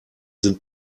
sind